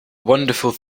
wonderful